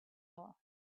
all